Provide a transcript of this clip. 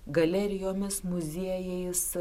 galerijomis muziejais